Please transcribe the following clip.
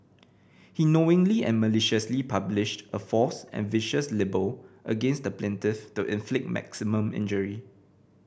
he knowingly and maliciously published a false and vicious libel against the plaintiff to inflict maximum injury